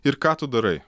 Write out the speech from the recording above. ir ką tu darai